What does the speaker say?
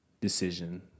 decision